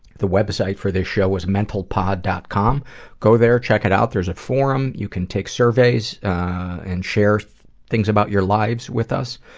the website for this show is metalpod. com, go there, check it out, there's a form, you can take surveys and share things about your lives with us.